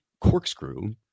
corkscrew